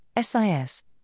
SIS